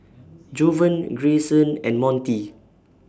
Jovan Grayson and Montie